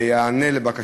וייענה לבקשתו.